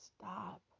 Stop